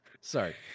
Sorry